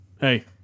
Hey